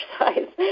exercise